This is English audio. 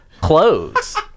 clothes